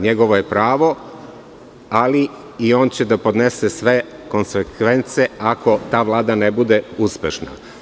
Njegovo je pravo, ali i on će da podnese sve konsekvence ako ta Vlada ne bude uspešna.